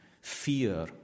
fear